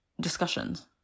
discussions